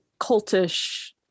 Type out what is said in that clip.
cultish